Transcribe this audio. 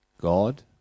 God